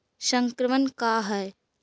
संक्रमण का है?